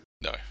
No